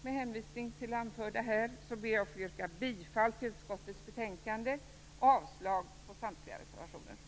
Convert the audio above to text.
Med hänvisning till det anförda ber jag att få yrka bifall till utskottets hemställan och avslag på samtliga reservationer.